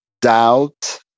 doubt